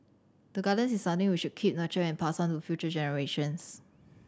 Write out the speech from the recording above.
the gardens is something we should keep nurture and pass on to future generations